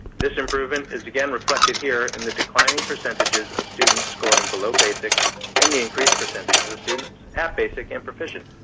this improvement is, again, reflected here in the declining percentages of students scoring below basic and the increased percentages of students at basic and proficient.